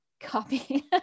Copy